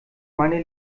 meine